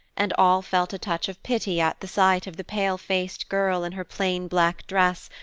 and all felt a touch of pity at the sight of the pale-faced girl in her plain black dress,